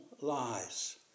lies